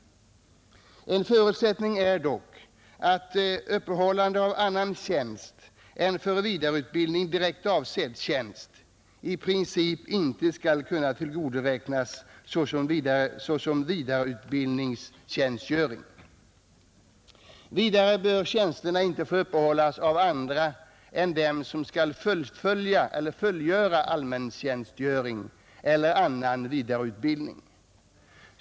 En förutsättning är dock att uppehållande av annan tjänst än för vidareutbildning direkt avsedd tjänst i princip inte skall kunna tillgodoräknas såsom vidareutbildningstjänstgöring. Vidare bör tjänsterna inte få uppehållas av andra än dem som skall fullgöra allmäntjänstgöring eller annan vidareutbildning.